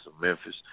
Memphis